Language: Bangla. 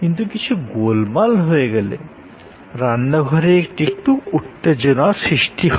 কিন্তু কিছু গোলমাল হয়ে গেলে রান্নাঘরে একটু উত্তেজনার সৃষ্টি হয়